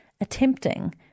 attempting